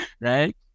right